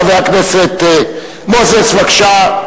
חבר הכנסת מנחם אליעזר מוזס, בבקשה,